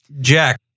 Jack